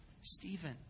Stephen